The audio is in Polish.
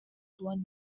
dłoń